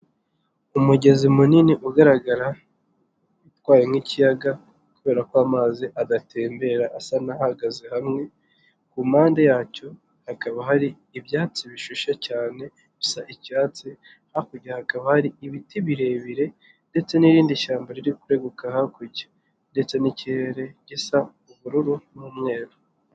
Umugezi munini ugaragara itwaye nk'ikiyaga kubera ko amazi adatembera asa n'agaze hamwe, ku mpande yacyo hakaba hari ibyatsi bishyushye cyane bisa icyatsi hakurya hakaba hari ibiti birebire ndetse n'irindi shyamba riri kweguka hakurya, ndetse n'ikirere gisa ubururu n'umweru.